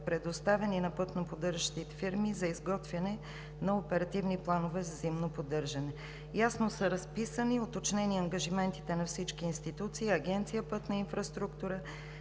предоставени на пътноподдържащите фирми за изготвяне на оперативни планове за зимно поддържане. Ясно са разписани и уточнени ангажиментите на всички институции: Агенция „Пътна инфраструктура“,